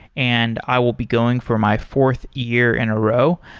and i will be going for my fourth year in a row.